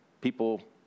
people